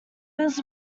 was